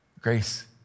Grace